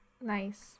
Nice